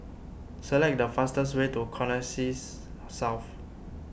select the fastest way to Connexis South